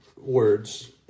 words